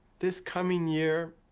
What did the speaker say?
this coming year,